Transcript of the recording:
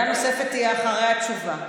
עמדה נוספת תהיה אחרי התשובה.